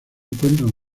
encuentran